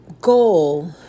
goal